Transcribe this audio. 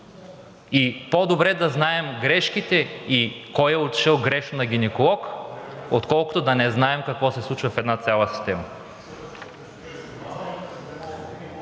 и по добре да знаем грешките и кой е отишъл грешно на гинеколог, отколкото да не знаем какво се случва в една цяла система.